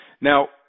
now